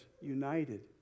united